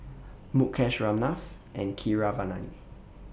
Mukesh Ramnath and Keeravani